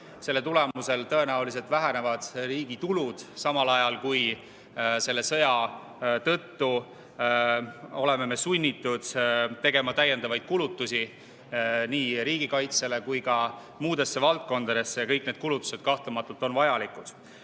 Selle tulemusel tõenäoliselt vähenevad riigi tulud, samal ajal kui selle sõja tõttu oleme me sunnitud tegema täiendavaid kulutusi nii riigikaitsele kui ka muudesse valdkondadesse. Kõik need kulutused kahtlematult on vajalikud.